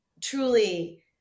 truly